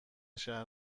شهر